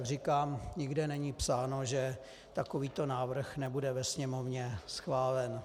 Jak říkám, nikde není psáno, že takovýto návrh nebude ve Sněmovně schválen.